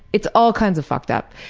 it's all kinds of fucked up.